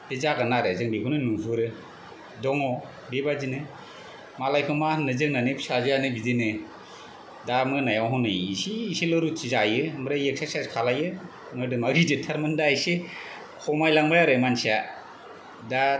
बे जागोन आरो जों बेखौनो नुहुरो दङ बेबायदिनो मालायखौ मा होननो जोंनानो फिसाजोआनो बिदिनो दा मोनायाव हनै एसे एसेल' रुटि जायो ओमफ्राय एक्सेरसाइस खालामो मोदोमा गिदिदथारमोन दा एसे खमायलांबाय आरो मानसिया दा